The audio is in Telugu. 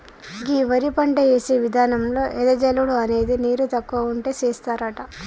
గీ వరి పంట యేసే విధానంలో ఎద జల్లుడు అనేది నీరు తక్కువ ఉంటే సేస్తారట